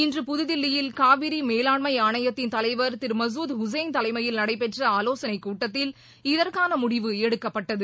இன்று புதுதில்லியில் காவிரி மேலாண்மை ஆணையத்தின் தலைவர் திரு மஞ்த் ஹூசைள் தலைமையில் நடடபெற்ற ஆலோசனைக் கூட்டத்தில் இதற்கான முடிவு எடுக்கப்பட்டது